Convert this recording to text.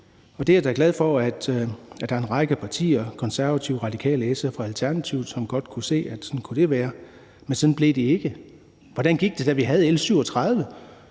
til det. Jeg er da glad for, at der er en række partier, Konservative, Radikale, SF og Alternativet, som godt kunne se, at det kunne være sådan, men sådan blev det ikke. Og hvordan gik det, da vi havde L 37